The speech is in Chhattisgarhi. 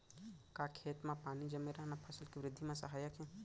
का खेत म पानी जमे रहना फसल के वृद्धि म सहायक हे?